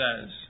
says